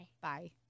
Bye